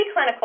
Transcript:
preclinical